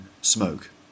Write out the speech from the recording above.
smoke